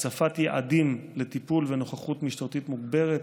הצפת יעדים לטיפול ונוכחות משטרתית מוגברת,